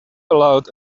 allowed